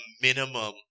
minimum